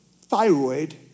thyroid